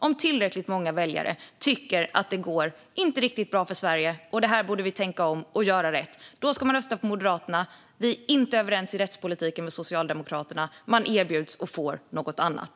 Om man tycker att det inte går riktigt bra för Sverige, att här borde regeringen tänka om och göra rätt, då ska man rösta på Moderaterna. Om man inte är överens med Socialdemokraterna om rättspolitiken erbjuds man och får något annat.